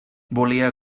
volia